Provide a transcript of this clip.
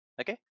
okay